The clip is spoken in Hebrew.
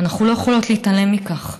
אנחנו לא יכולות להתעלם מכך.